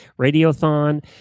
Radiothon